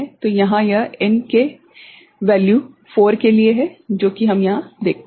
तो यहाँ यह n के मान 4 के लिए है जो कि हम यहां देखते हैं